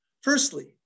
Firstly